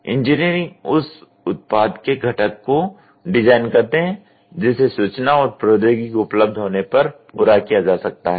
engineer उस उत्पाद के घटक को डिजाइन करते हैं जिसे सूचना और प्रौद्योगिकी उपलब्ध होने पर पूरा किया जा सकता है